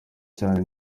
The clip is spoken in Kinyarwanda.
cyane